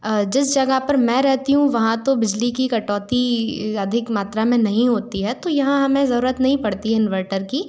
जिस जगह पर मैं रहती हूँ वहाँ तो बिजली की कटौती अधिक मात्रा में नहीं होती है तो यहाँ हमें ज़रूरत नहीं पड़ती है इनवर्टर की